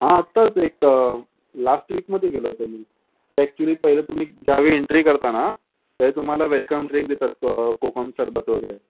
आत्ताच एक लास्ट वीकमध्ये गेलो होतो मी ते ॲक्चुअली पहिले तुम्ही ज्यावेळी एंट्री करता ना ते तुम्हाला वेलकम ड्रिंक देतात क कोकम सरबत वगैरे